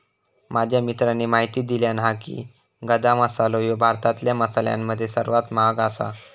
माझ्या मित्राने म्हायती दिल्यानं हा की, गदा मसालो ह्यो भारतातल्या मसाल्यांमध्ये सर्वात महाग आसा